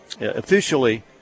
officially